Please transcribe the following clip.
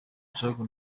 rucagu